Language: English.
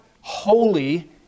holy